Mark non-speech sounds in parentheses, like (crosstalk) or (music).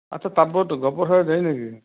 আচ্ছা (unintelligible)